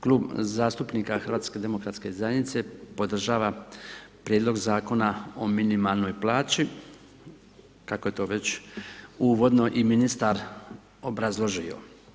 Klub zastupnika HDZ-a podržava prijedlog Zakona o minimalnoj plaći, kako je to već uvodno i ministar obrazložio.